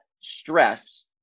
stress